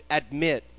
admit